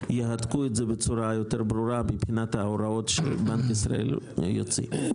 שיהדקו את זה בצורה יותר ברורה מבחינת ההוראות שבנק ישראל יוציא.